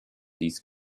these